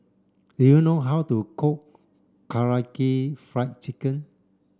do you know how to cook Karaage Fried Chicken